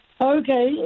Okay